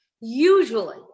Usually